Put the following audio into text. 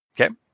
Okay